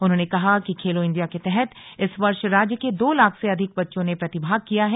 उन्होंने कहा कि खेलो इंडिया के तहत इस वर्ष राज्य के दो लाख से अधिक बच्चों ने प्रतिभाग किया है